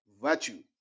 virtue